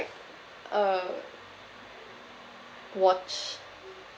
uh watch